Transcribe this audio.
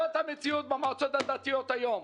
זו המציאות במועצות הדתיות היום.